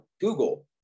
Google